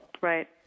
Right